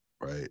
right